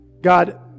God